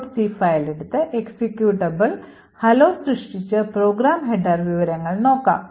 c file എടുത്ത് executable hello സൃഷ്ടിച്ച് program header വിവരങ്ങൾ നോക്കാം